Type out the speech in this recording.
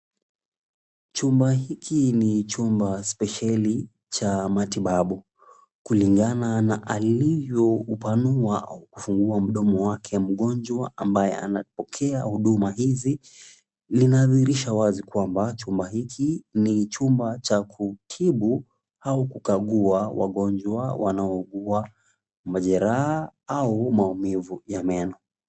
Chumba hiki ni chumba spesheli cha matibabu. Kulingana na alivyoupanua au kufungua mdomo wake mgonjwa ambaye anapokea huduma hizi, linadhihirisha wazi kwamba chumba hiki ni chumba cha kutibu au kukagua wagonjwa wanaougua majeraha au maumivu ya meno.